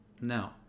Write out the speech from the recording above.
No